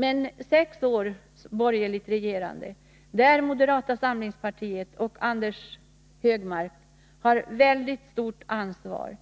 Men sex års borgerligt regerande, där moderaterna och Anders Högmark har ett väldigt stort ansvar,